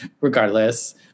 regardless